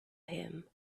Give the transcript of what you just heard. him